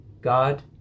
God